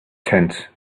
tenth